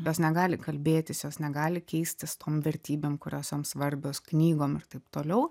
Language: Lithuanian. jos negali kalbėtis jos negali keistis tom vertybėm kurios jom svarbios knygom ir taip toliau